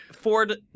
Ford